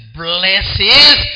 blesses